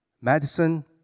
medicine